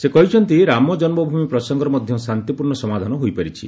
ସେ କହିଛନ୍ତି ରାମ ଜନ୍ମଭୂମି ପ୍ରସଙ୍ଗର ମଧ୍ୟ ଶାନ୍ତିପୂର୍ଣ୍ଣ ସମାଧାନ ହୋଇପାରିଛି